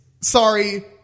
Sorry